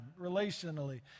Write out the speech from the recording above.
relationally